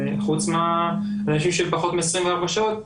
חוץ מהאנשים שהם פחות מ-24 שעות,